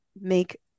make